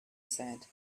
said